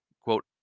Quote